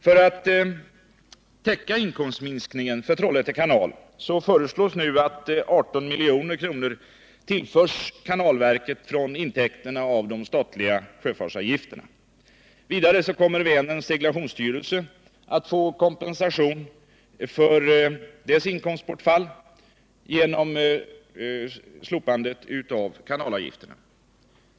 Vidare kommer Vänerns seglationsstyrelse att få kompensation för det Nr 48 inkomstbortfall som följer av slopandet av kanalavgifterna.